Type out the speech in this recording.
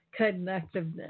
connectiveness